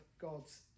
God's